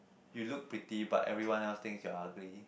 you look pretty but everyone else thinks you're ugly